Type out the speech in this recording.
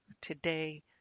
Today